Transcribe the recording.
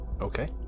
Okay